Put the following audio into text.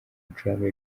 gucuranga